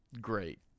great